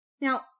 Now